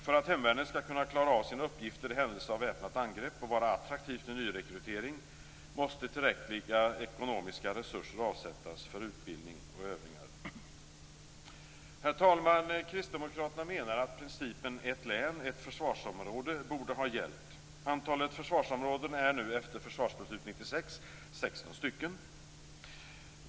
För att hemvärnet skall kunna klara av sina uppgifter i händelse av väpnat angrepp och vara attraktivt vid nyrekrytering måste tillräckliga ekonomiska resurser avsättas för utbildning och övningar. Herr talman! Kristdemokraterna menar att principen ett län - ett försvarsområde borde ha gällt. Antalet försvarsområden är 16 efter Försvarsbeslut 96.